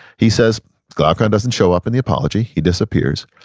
he says glaucon doesn't show up in the apology, he disappears.